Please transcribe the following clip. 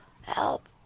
help